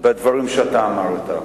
בדברים שאתה אמרת.